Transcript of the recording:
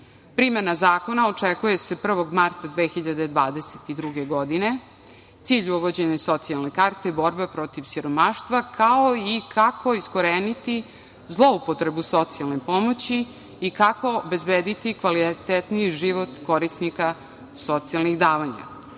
zakona očekuje se 1. marta 2022. godine. Cilj uvođenja socijalne karte je borba protiv siromaštva, kao i kako iskoreniti zloupotrebu socijalne pomoći i kako obezbediti kvalitetniji život korisnika socijalnih